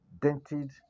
dented